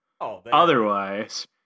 Otherwise